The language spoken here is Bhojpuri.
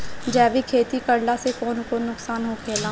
जैविक खेती करला से कौन कौन नुकसान होखेला?